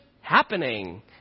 happening